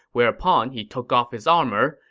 whereupon he took off his armor,